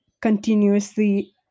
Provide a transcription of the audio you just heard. continuously